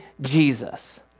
Jesus